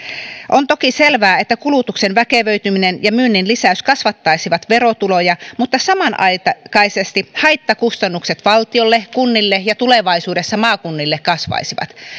on toki selvää että kulutuksen väkevöityminen ja myynnin lisäys kasvattaisivat verotuloja mutta samanaikaisesti haittakustannukset valtiolle kunnille ja tulevaisuudessa maakunnille kasvaisivat